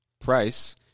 Price